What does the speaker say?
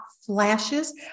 flashes